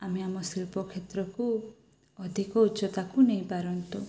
ଆମେ ଆମ ଶିଳ୍ପ କ୍ଷେତ୍ରକୁ ଅଧିକ ଉଚ୍ଚତାକୁ ନେଇପାରନ୍ତୁ